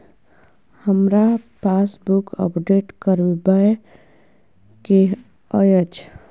हमरा passbook update करैबे के अएछ?